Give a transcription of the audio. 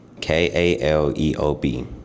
K-A-L-E-O-B